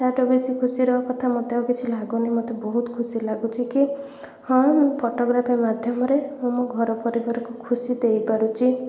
ତାଠୁ ବେଶୀ ଖୁସିର କଥା ମୋତେ ଆଉ କିଛି ଲାଗୁନି ମୋତେ ବହୁତ ଖୁସି ଲାଗୁଛିକି ହଁ ମୁଁ ଫୋଟୋଗ୍ରାଫି ମାଧ୍ୟମରେ ମୁଁ ମୋ ଘର ପରିବାରକୁ ଖୁସି ଦେଇପାରୁଛି